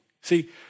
See